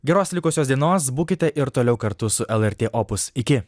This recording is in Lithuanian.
geros likusios dienos būkite ir toliau kartu su lrt opus iki